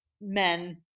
men